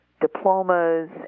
diplomas